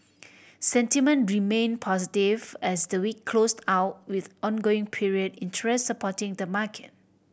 sentiment remained positive as the week closed out with ongoing period interest supporting the market